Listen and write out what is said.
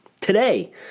Today